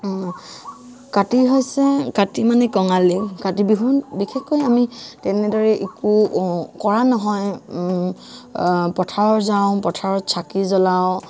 কাতি হৈছে কাতি মানে কঙালী কাতি বিহুত বিশেষকৈ আমি তেনেদৰে একো কৰা নহয় পথাৰত যাওঁ পথাৰত চাকি জ্বলাওঁ